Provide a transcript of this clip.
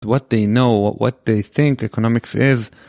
מה שהם יודעים, מה שהם חושבים שהאקונומיקציה היא